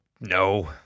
No